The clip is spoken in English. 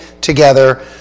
together